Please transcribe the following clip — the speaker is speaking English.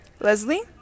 Leslie